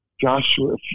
Joshua